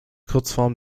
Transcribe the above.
kurzform